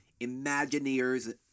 Imagineers